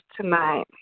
tonight